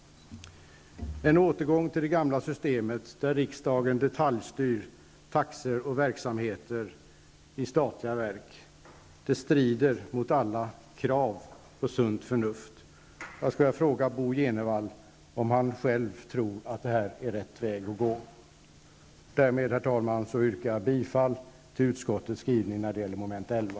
En återgång till det gamla systemet, där riksdagen detaljstyr taxor och versamheter i statliga verk, strider mot alla krav på sunt förnuft. Jag skulle vilja fråga Bo G Jenevall om han själv tror att detta är rätt väg att gå. Herr talman! Därmed yrkar jag bifall till utskottets skrivning när det gäller mom. 11.